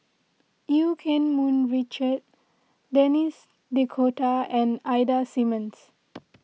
Eu Keng Mun Richard Denis D'Cotta and Ida Simmons